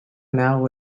now